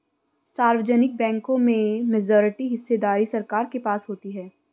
सार्वजनिक बैंकों में मेजॉरिटी हिस्सेदारी सरकार के पास होती है